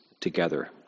together